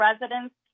residents